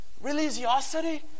religiosity